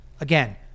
again